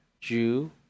Jew